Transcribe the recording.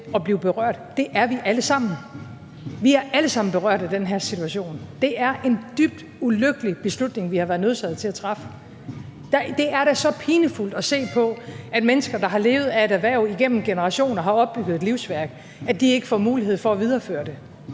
at blive berørt: Det er vi alle sammen. Vi er alle sammen berørt af den her situation. Det er en dybt ulykkelig beslutning, vi har været nødsaget til at træffe. Det er da så pinefuldt at se på, at mennesker, der har levet af et erhverv igennem generationer, har opbygget et livsværk, ikke får mulighed for at videreføre det.